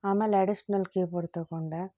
ಆಮೇಲೆ additional keyboard ತಗೊಂಡೆ